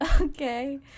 okay